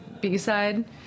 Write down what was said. B-side